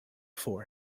for